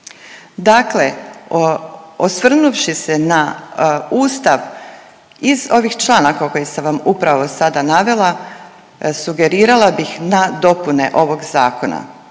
Dakle, osvrnuvši se na Ustav iz ovih članaka koje sam vam upravo sada navela sugerirala bih na dopune ovog zakona.